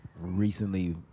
recently